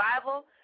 survival